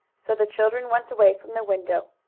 so the children went away from the window.